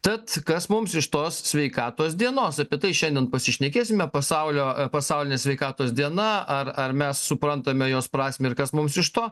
tad kas mums iš tos sveikatos dienos apie tai šiandien pasišnekėsime pasaulio pasaulinė sveikatos diena ar ar mes suprantame jos prasmę ir kas mums iš to